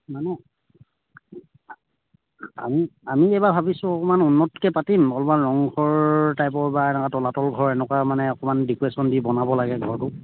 মানে আমি আমি এইবাৰ ভাবিছোঁ অকণমান উন্নতকৈ পাতিম অলপমান ৰংঘৰ টাইপৰ বা এনেকুৱা তলাতল ঘৰ এনেকুৱা মানে অকণমান ডেকৰেশ্যন দি বনাব লাগে ঘৰটো